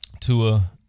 Tua